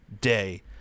day